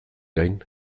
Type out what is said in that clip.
gain